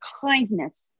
kindness